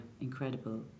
incredible